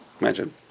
Imagine